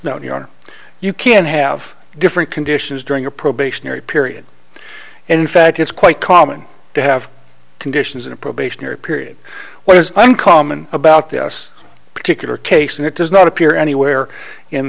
no you don't you can have different conditions during a probationary period in fact it's quite common to have conditions in a probationary period what is uncommon about this particular case and it does not appear anywhere in